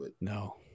No